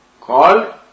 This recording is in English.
called